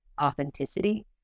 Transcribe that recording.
authenticity